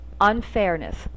unfairness